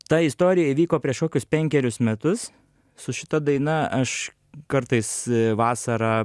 ta istorija įvyko prieš kokius penkerius metus su šita daina aš kartais vasarą